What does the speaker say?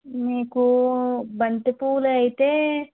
మీకు బంతిపూలు అయితే